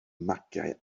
magiau